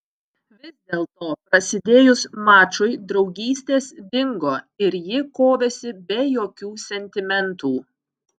vis dėlto prasidėjus mačui draugystės dingo ir ji kovėsi be jokių sentimentų